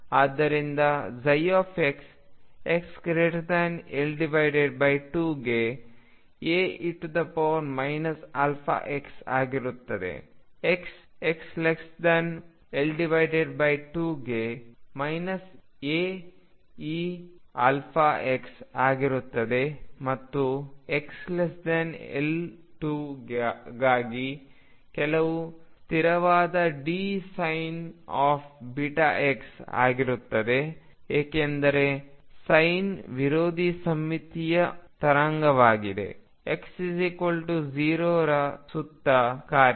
ಆದ್ದರಿಂದ ψxL2 ಗೆ Ae αx ಆಗಿರುತ್ತದೆ x xL2 ಗೆ Aeαx ಆಗಿರುತ್ತದೆ ಮತ್ತು x L2 ಗಾಗಿ ಕೆಲವು ಸ್ಥಿರವಾದ Dsin βx ಆಗಿರುತ್ತದೆ ಏಕೆಂದರೆ ಸೈನ್ ವಿರೋಧಿ ಸಮ್ಮಿತೀಯ ತರಂಗವಾಗಿದೆ x 0 ರ ಸುತ್ತ ಕಾರ್ಯ